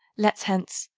let s hence.